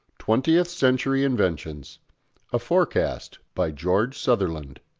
twentieth century inventions a forecast by george sutherland,